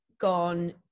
gone